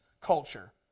culture